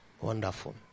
Wonderful